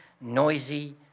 noisy